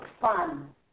fun